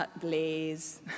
blaze